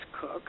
cook